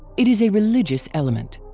it is a religious element.